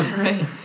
right